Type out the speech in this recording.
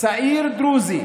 צעיר דרוזי